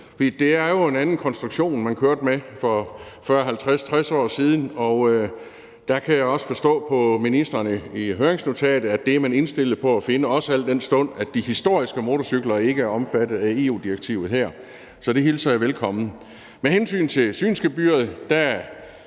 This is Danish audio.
var jo en anden konstruktion, man kørte med for 40-50-60 år siden. Og der kan jeg også forstå på ministeren i høringsnotatet, at det er man indstillet på at finde ud af, også al den stund at de historiske motorcykler ikke er omfattet af EU-direktivet. Så det hilser jeg velkommen. Med hensyn til synsgebyret er